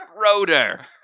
rotor